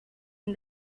and